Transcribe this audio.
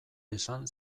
esan